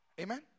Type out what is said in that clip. Amen